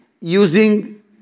using